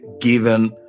given